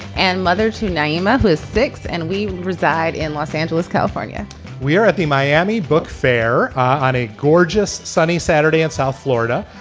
and mother to naima is thinks and we reside in los angeles, california we are at the miami book fair on a gorgeous sunny saturday in south florida.